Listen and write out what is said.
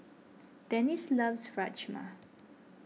Dennis loves Rajma